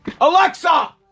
Alexa